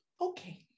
okay